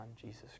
Jesus